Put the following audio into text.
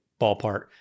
ballpark